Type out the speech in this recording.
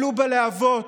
עלו בלהבות,